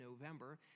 November